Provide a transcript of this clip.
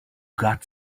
got